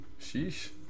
Sheesh